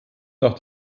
nach